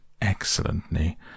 excellently